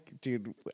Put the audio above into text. Dude